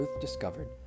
discovered